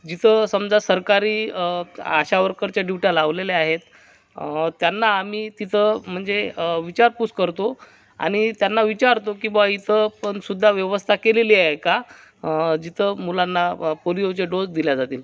जिथं समजा सरकारी आशा वर्करच्या ड्यूट्या लावलेल्या आहेत त्यांना आम्ही तिथं म्हणजे विचारपूस करतो आणि त्यांना विचारतो की बुवा इथं पण सुद्धा व्यवस्था केलेली आहे का जिथं मुलांना पोलिओचे डोस दिले जातील